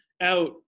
out